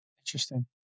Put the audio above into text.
Interesting